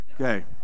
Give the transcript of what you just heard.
Okay